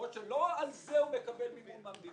יכול להיות שלא על זה הוא קיבל מימון מהמדינה.